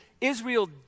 Israel